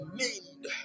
named